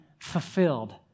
fulfilled